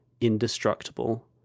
indestructible